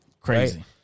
Crazy